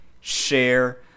share